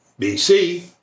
BC